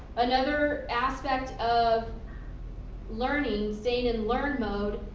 another aspect of learning, staying in learn mode,